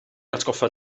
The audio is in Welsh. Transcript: atgoffa